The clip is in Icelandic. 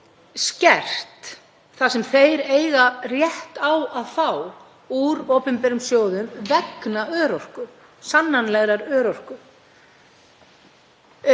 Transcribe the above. skert það sem þeir eiga rétt á að fá úr opinberum sjóðum vegna örorku, sannanlegrar örorku